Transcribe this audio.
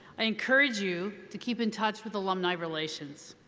i encourage you to keep in touch with alumni relations.